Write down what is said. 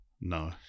No